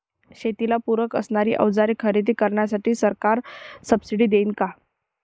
शेतीला पूरक असणारी अवजारे खरेदी करण्यासाठी सरकार सब्सिडी देईन का?